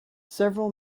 several